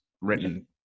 written